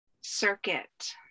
circuit